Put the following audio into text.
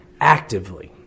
actively